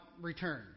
return